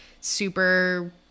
super